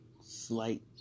slight